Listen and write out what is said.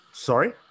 Sorry